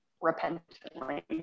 repentantly